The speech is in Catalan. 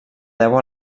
deu